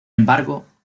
embargo